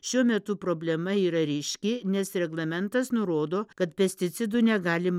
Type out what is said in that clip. šiuo metu problema yra ryški nes reglamentas nurodo kad pesticidų negalima